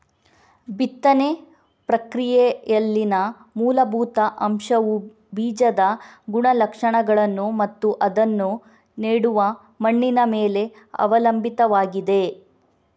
ಬಿತ್ತನೆ ಪ್ರಕ್ರಿಯೆಯಲ್ಲಿನ ಮೂಲಭೂತ ಅಂಶವುಬೀಜದ ಗುಣಲಕ್ಷಣಗಳನ್ನು ಮತ್ತು ಅದನ್ನು ನೆಡುವ ಮಣ್ಣಿನ ಮೇಲೆ ಅವಲಂಬಿತವಾಗಿದೆ